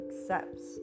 accepts